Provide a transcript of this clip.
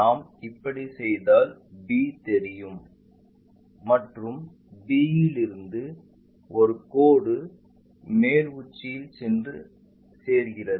நாம் இப்படி செய்தால் b தெரியும் மற்றும் b ல் இருந்து ஒரு கோடு மேல் உச்சியில் சென்று சேர்கிறது